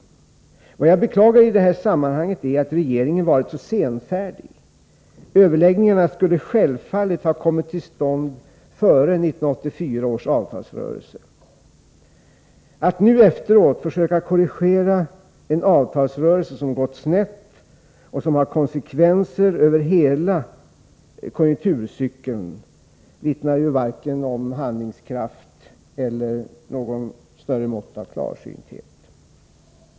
Vad jag beklagar i sammanhanget är att regeringen varit så senfärdig. Överläggningarna skulle självfallet ha kommit till stånd före 1984 års avtalsrörelse. Att nu efteråt försöka korrigera en avtalsrörelse som har gått snett och som får konsekvenser över hela konjunkturcykeln vittnar varken om handlingskraft eller om något större mått av klarsynthet.